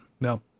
no